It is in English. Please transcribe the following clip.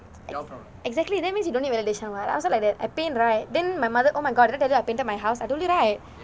exactly that means you don't need validation [what] I also like that I paint right then my mother oh my god did I tell you I painted my house I told you right